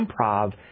improv